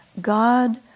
God